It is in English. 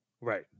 Right